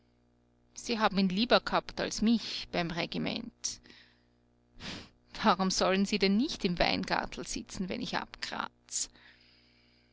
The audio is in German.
sie haben ihn lieber g'habt als mich beim regiment warum sollen sie denn nicht im weingartl sitzen wenn ich